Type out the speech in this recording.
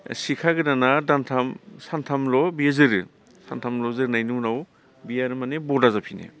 सिखा गोदाना सानथामल' बेयो जोरो सानथामल' जोरनायनि उनाव बेयो आरो माने बडा जाफिनो